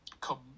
come